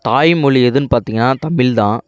தாய்மொழி எதுன்னு பார்த்தீங்கன்னா தமிழ் தான்